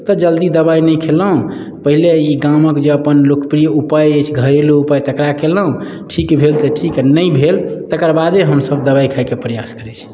तऽ जल्दी दबाइ नहि खयलहुँ पहिले ई गामक जे अपन लोकप्रिय उपाय अछि घरेलू उपाय तकरा कयलहुँ ठीक भेल तऽ ठीक आओर नहि भेल तकर बादे हमसब दबाइ खायके प्रयास करै छी